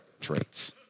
traits